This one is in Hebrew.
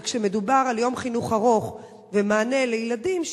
כשמדובר על יום חינוך ארוך ומענה לילדים,